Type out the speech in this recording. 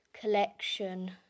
collection